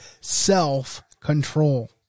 self-control